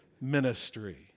ministry